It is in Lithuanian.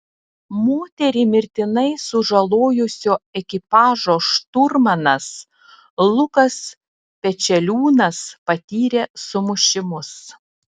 moterį mirtinai sužalojusio ekipažo šturmanas lukas pečeliūnas patyrė sumušimus